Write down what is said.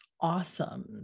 awesome